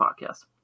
podcast